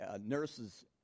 nurse's